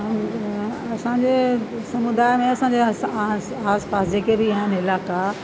ऐं असांजे समुदाय में असांजे आस आस पास जेके बि आहिनि इलाइक़ा